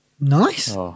Nice